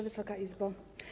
Wysoka Izbo!